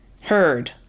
heard